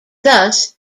thus